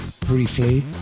briefly